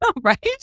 Right